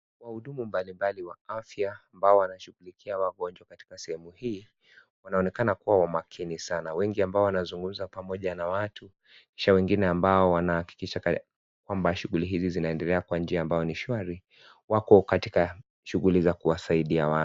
Wahudumu mbalimbali wa afya ambao wanashughulikia wagonjwa katika sehemu hii, wanaonekana kuwa wa maakini sana. Wengi wanazungumza pamoja na watu kisha wengine ambao wanahakikisha kwamba shughuli hizi zinaendelea kwa njia ambayo ni shwari wako katika shughuli za kuwasaidia wa.